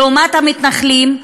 לעומת המתנחלים,